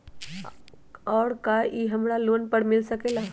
और का इ हमरा लोन पर भी मिल सकेला?